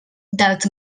dels